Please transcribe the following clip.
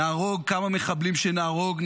נהרוג כמה מחבלים שנהרוג,